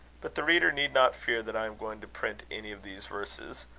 but the reader need not fear that i am going to print any of these verses.